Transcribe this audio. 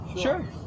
Sure